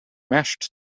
mashed